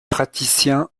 praticiens